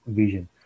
vision